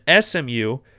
SMU